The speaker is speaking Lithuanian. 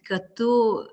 kad tu